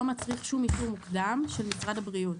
הוא מודיע מספר הודעות למשרד הבריאות.